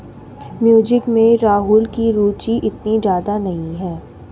music में राहुल की रुचि इतनी ज्यादा नहीं है